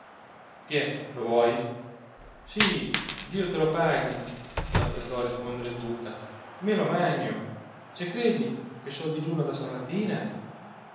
tiè lo vuoi sì dio te lo paghi s'affrettò a risponderle tuta me lo magno ce credi che so digiuna da stamattina